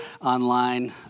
online